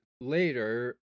later